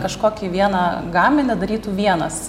kažkokį vieną gaminį darytų vienas